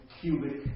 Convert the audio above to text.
cubic